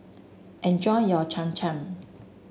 enjoy your Cham Cham